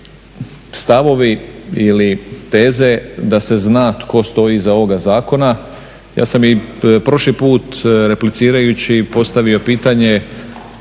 stavovi ili teze da se zna tko stoji iza ovog zakona. Ja sam i prošli put replicirajući postavio pitanje,